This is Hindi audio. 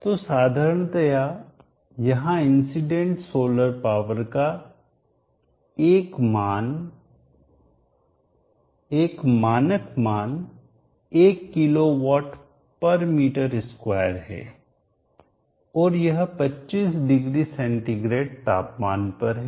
तो साधारणतया यहां इंसीडेंट सोलर पावर का एक मानक मान 1 किलोवाट पर मीटर स्क्वायर है और यह 25 डिग्री सेंटीग्रेड तापमान पर है